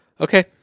Okay